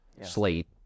Slate